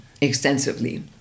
extensively